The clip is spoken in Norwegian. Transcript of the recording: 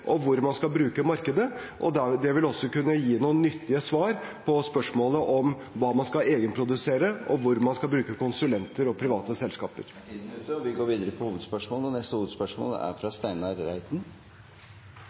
og hvor man skal bruke markedet. Det vil også kunne gi noen nyttige svar på spørsmålet om hva man skal produsere selv, og hvor man skal bruke konsulenter og private selskaper. Vi går videre til neste hovedspørsmål. Mitt spørsmål går til arbeids- og sosialministeren. Rundt omkring i Norge er